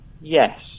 Yes